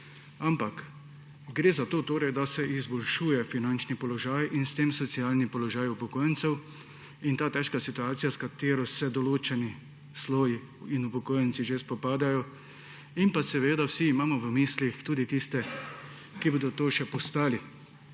Gre torej za to, da se izboljšuje finančni položaj in s tem socialni položaj upokojencev, ta težka situacija, s katero se določeni sloji in upokojenci že spopadajo. Vsi imamo seveda v mislih tudi tiste, ki bodo to še postali.